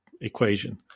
equation